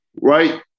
Right